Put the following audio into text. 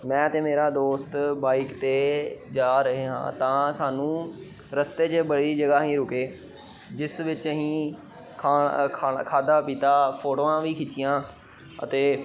ਮੈਂ ਅਤੇ ਮੇਰਾ ਦੋਸਤ ਬਾਈਕ 'ਤੇ ਜਾ ਰਹੇ ਹਾਂ ਤਾਂ ਸਾਨੂੰ ਰਸਤੇ 'ਚ ਬੜੀ ਜਗ੍ਹਾ ਅਸੀਂ ਰੁਕੇ ਜਿਸ ਵਿੱਚ ਅਸੀਂ ਖਾ ਖਾਣ ਖਾਧਾ ਪੀਤਾ ਫੋਟੋਆਂ ਵੀ ਖਿੱਚੀਆਂ ਅਤੇ